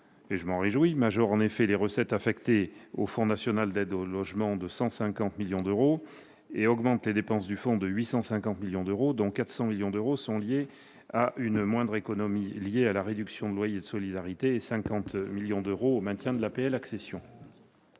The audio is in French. cet amendement majore les recettes affectées au Fonds national d'aide au logement de 150 millions d'euros et augmente les dépenses du Fonds de 850 millions d'euros, dont 400 millions d'euros liés à une moindre économie due à la réduction de loyer de solidarité et 50 millions d'euros au maintien de l'APL-accession.